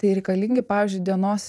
tai reikalingi pavyzdžiui dienos